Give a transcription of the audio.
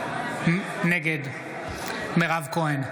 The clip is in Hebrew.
נגד מירב כהן,